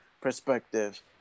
perspective